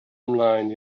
ymlaen